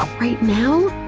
right now?